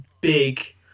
big